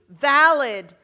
valid